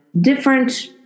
Different